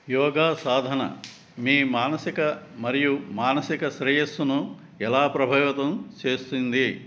యోగా సాధన మీ మానసిక మరియు మానసిక శ్రేయస్సును ఎలా ప్రభావితం చేస్తుంది